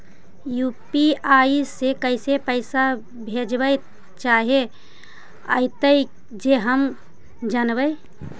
UPI से कैसे पैसा भेजबय चाहें अइतय जे हम जानबय?